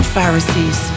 Pharisees